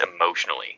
emotionally